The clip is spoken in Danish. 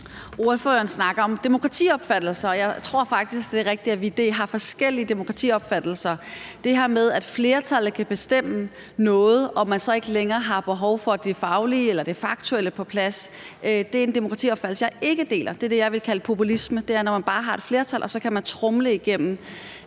Ordføreren snakker om demokratiopfattelser, og jeg tror faktisk, det er rigtigt, at vi har forskellige demokratiopfattelser. Det her med, at flertallet kan bestemme noget, og at man så ikke længere har behov for at have det faglige eller det faktuelle på plads, er en demokratiopfattelse, jeg ikke deler. Det er det, jeg vil kalde populisme. Det er, når man bare har et flertal, og at så kan man tromle ting igennem.